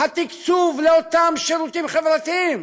התקצוב לאותם שירותים חברתיים,